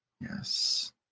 Yes